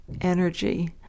energy